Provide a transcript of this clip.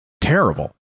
terrible